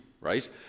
right